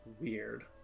weird